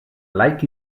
laic